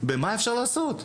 במה אפשר לעשות.